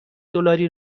دلاری